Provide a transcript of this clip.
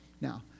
Now